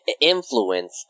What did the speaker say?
influence